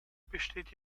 besteht